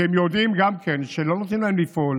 כי הם יודעים גם כן שלא נותנים להם לפעול